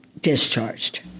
discharged